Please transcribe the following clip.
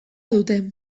dute